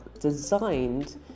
designed